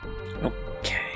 okay